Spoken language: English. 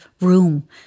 room